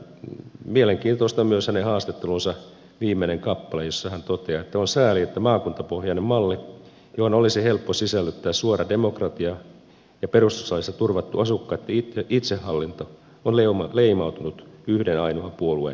mielenkiintoista on myös hänen haastattelunsa viimeinen kappale jossa hän toteaa että on sääli että maakuntapohjainen malli johon olisi helppo sisällyttää suora demokratia ja perustuslaissa turvattu asukkaitten itsehallinto on leimautunut yhden ainoan puolueen malliksi